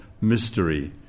mystery